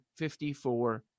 54